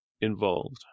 involved